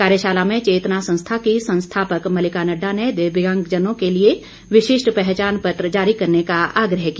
कार्यशाला में चेतना संस्था की संस्थापक मल्लिका नड्डा ने दिव्यांगजनों के लिए विशिष्ट पहचानपत्र जारी करने का आग्रह किया